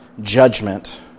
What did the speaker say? judgment